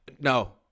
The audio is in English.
No